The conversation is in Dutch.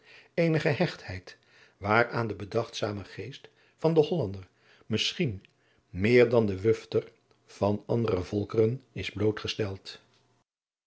eene gehechtheid waaraan de bedachtzame geest van den hollander misschien meer dan de wufter van andere volkeren is blootgesteld